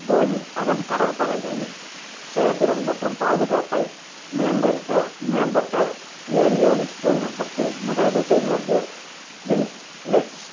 Boeing அதன் கடற்படைகளின் செயல்திறன் மற்றும் பாதுகாப்பை மேம்படுத்த மேம்பட்ட ஏவியோனிக்ஸ் தொழில்நுட்பத்தில் முதலீடு செய்துள்ளது விங்க்லெட்ஸ்